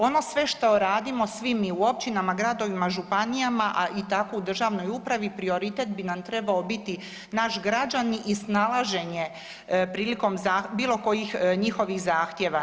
Ono sve što radimo svi mi u općinama, gradovima, županijama, a tako i u državnoj upravi, prioritet bi nam treba biti naš građani i snalaženje prilikom bilo kojih njihovih zahtjeva.